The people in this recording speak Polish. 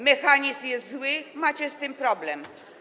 Mechanizm jest zły, macie z tym problem.